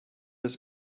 his